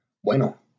Bueno